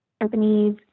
companies